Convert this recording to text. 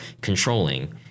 controlling